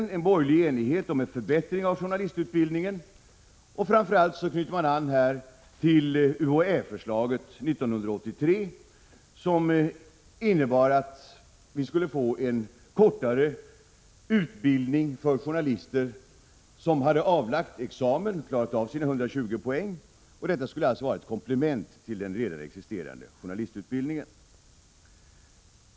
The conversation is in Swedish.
Utskottets borgerliga företrädare vill ha en förbättring av journalistutbildningen och knyter framför allt an till UHÄ-förslaget 1983 om en kortare journalistutbildning för personer som avlagt examen och klarat av sin 120-poängsutbildning. Den föreslagna utbildningen skulle alltså vara ett komplement till den redan existerande journalistutbildningen.